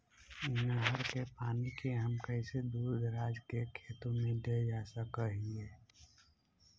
नहर के पानी के हम कैसे दुर दराज के खेतों में ले जा सक हिय?